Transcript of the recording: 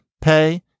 pay